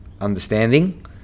understanding